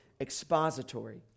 expository